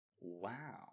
wow